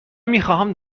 میخواهم